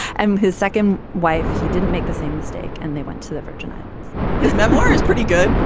and his second wife. he didn't make the same mistake. and they went to the virgin islands his memoir is pretty good,